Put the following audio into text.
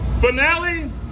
finale